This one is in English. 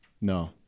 No